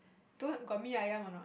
don't got mee-ayam or not